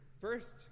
First